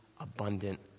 abundant